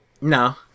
No